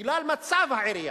בגלל מצב העירייה.